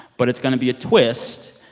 but it's going to be a twist.